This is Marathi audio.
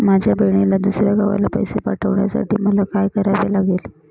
माझ्या बहिणीला दुसऱ्या गावाला पैसे पाठवण्यासाठी मला काय करावे लागेल?